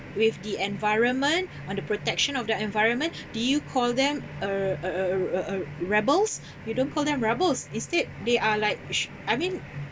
with the environment on the protection of the environment do you call them a a a a a a a rebels you don't call them rebels instead they are like sh~ I mean